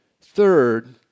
Third